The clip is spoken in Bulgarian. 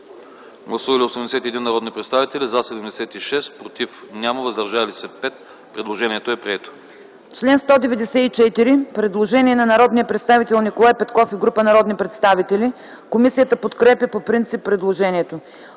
Гласували 80 народни представители: за 74, против няма, въздържали се 6. Предложението е прието. ДОКЛАДЧИК ГАЛИНА МИЛЕВА: Член 196 – предложение на народния представител Николай Петков и група народни представители. Комисията подкрепя по принцип предложението.